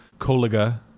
koliga